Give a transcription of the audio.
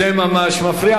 זה ממש מפריע.